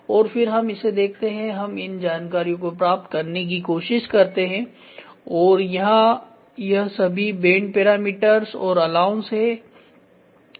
और फिर हम इसे देखते हैं हम इन जानकारियों को प्राप्त करने की कोशिश करते हैं और यहां यह सभी बेंड पैरामीटर्स और अलाउंस है